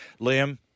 Liam